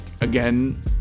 again